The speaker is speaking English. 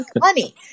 money